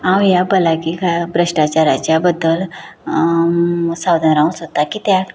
हांव ह्या भलायकी का भ्रश्टाचाराच्या बद्दल सादूर रावंक सोदतां कित्याक